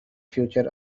future